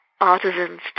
artisans